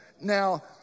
Now